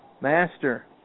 Master